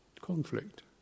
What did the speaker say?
conflict